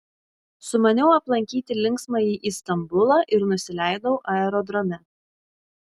sumaniau aplankyti linksmąjį istambulą ir nusileidau aerodrome